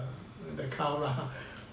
the cow lah